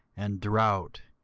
and drought,